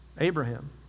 Abraham